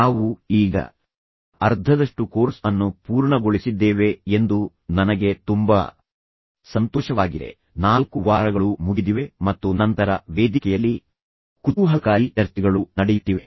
ನಾವು ಈಗ ಅರ್ಧದಷ್ಟು ಕೋರ್ಸ್ ಅನ್ನು ಪೂರ್ಣಗೊಳಿಸಿದ್ದೇವೆ ಎಂದು ನನಗೆ ತುಂಬಾ ಸಂತೋಷವಾಗಿದೆ 4 ವಾರಗಳು ಮುಗಿದಿವೆ ಮತ್ತು ನಂತರ ವೇದಿಕೆಯಲ್ಲಿ ಕುತೂಹಲಕಾರಿ ಚರ್ಚೆಗಳು ನಡೆಯುತ್ತಿವೆ